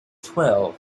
twelve